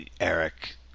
Eric